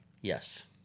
Yes